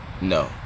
No